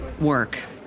work